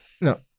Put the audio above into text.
No